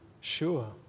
Sure